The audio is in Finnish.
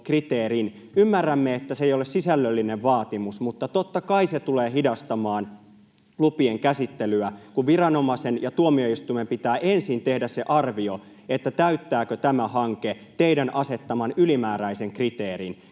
Ymmärrämme, että se ei ole sisällöllinen vaatimus, mutta totta kai se tulee hidastamaan lupien käsittelyä, kun viranomaisen ja tuomioistuimen pitää ensin tehdä se arvio, että täyttääkö tämä hanke teidän asettamanne ylimääräisen kriteerin.